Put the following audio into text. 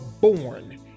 born